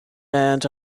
end